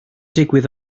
digwydd